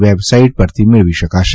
web site પરથી મેળવી શકાશે